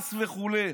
כעס וכו'.